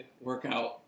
workout